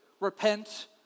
Repent